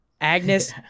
Agnes